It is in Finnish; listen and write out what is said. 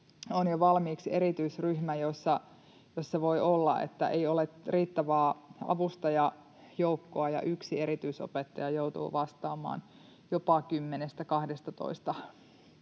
on jo valmiiksi erityisryhmä, jossa voi olla niin, että ei ole riittävää avustajajoukkoa ja yksi erityisopettaja joutuu vastaamaan jopa 10—12